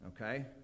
Okay